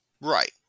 Right